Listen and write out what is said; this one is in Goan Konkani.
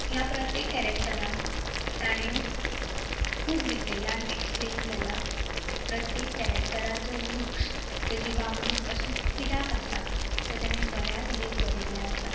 ह्या प्रत्येक कॅरॅक्टराक ताणें खूब डिटेलान एक्सप्लेन केलां प्रत्येक कॅरॅक्टराचो लुक्स ताची वागणूक अशीच कित्याक आसा तें ताणें बऱ्या तरेन बरयल्लें आसा